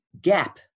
gap